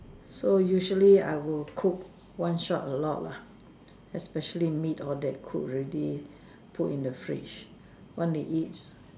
so usually I will cook one shot a lot lah especially meat all that cook already put in the fridge want to eat